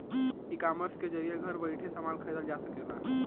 ecommerce के जरिये घर बैइठे समान खरीदल जा सकला